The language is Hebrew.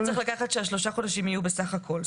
אולי צריך לקבוע שהשלושה חודשים יהיו בסך הכול,